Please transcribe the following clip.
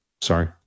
Sorry